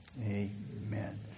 Amen